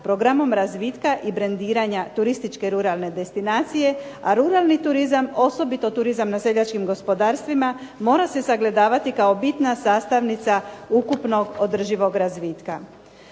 programom razvitka i brendiranja turističke ruralne destinacije, a ruralni turizam, osobito turizam na seljačkim gospodarstvima mora se sagledavati kao bitna sastavnica ukupnog održivog razvitka.